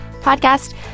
podcast